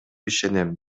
ишенем